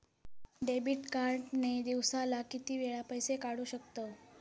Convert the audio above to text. Debit card ने दिवसाला किती वेळा पैसे काढू शकतव?